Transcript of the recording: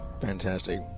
Fantastic